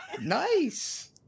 Nice